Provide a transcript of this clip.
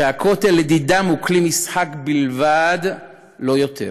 והכותל לדידם הוא כלי משחק בלבד ולא יותר.